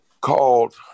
called